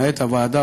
מנהלת הוועדה,